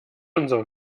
unserer